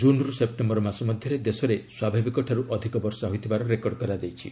ଜୁନ୍ରୁ September ମାସ ମଧ୍ୟରେ ଦେଶରେ ସ୍ୱାଭାବିକଠାରୁ ଅଧିକ ବର୍ଷା ହୋଇଥିବାର ରେକର୍ଡ଼ କରାଯାଇଛି